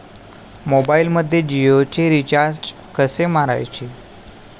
मोबाइलमध्ये जियोचे रिचार्ज कसे मारायचे?